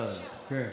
סליחה, אדוני.